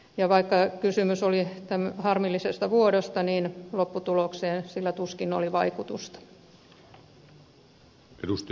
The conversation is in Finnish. ja vaikka kysymys oli harmillisesta vuodosta niin lopputulokseen sillä tuskin oli vaikutusta